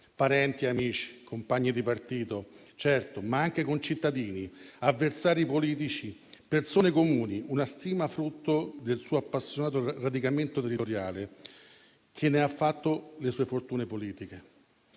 parenti, amici, compagni di partito, certo, ma anche concittadini, avversari politici, persone comuni. Una stima frutto del suo appassionato radicamento territoriale, che ne ha fatto le sue fortune politiche.